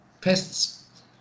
pests